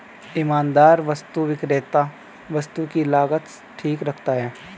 ईमानदार वस्तु विक्रेता वस्तु की लागत ठीक रखता है